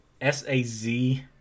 S-A-Z-